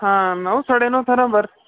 ಹಾಂ ನೋವು ತಡಿನೋ ಥರ ಬರ್